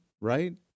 right